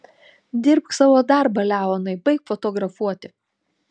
dirbk savo darbą leonai baik fotografuoti